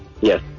Yes